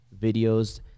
videos